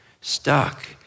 stuck